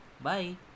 Bye